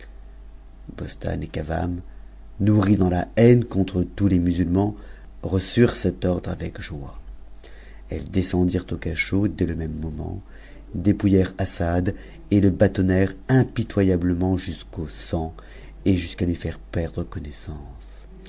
bostane et cavame nourries dans la haine contre tous les musulman reçurent cet ordre avec joie elles descendirent au cachot des le même moment dépouillèrent assad et le batonnèrent impitoyablement jusque sang et jusqu'à lui faire perdre connaissance